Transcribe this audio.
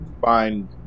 find